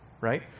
right